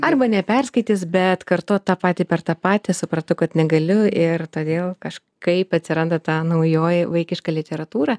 arba neperskaitys bet kartot tą patį per tą patį suprantu kad negaliu ir todėl kažkaip atsiranda ta naujoji vaikiška literatūra